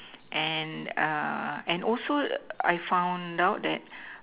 and err and also I found out that